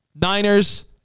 Niners